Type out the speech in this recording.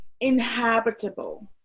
inhabitable